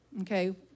okay